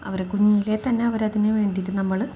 അവരെ കുഞ്ഞിലേ തന്നെ അവരെ അതിനു വേണ്ടിയിട്ടു നമ്മൾ